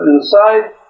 inside